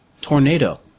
tornado